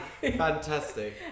Fantastic